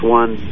one